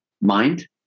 mind